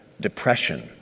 depression